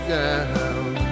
down